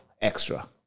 Extra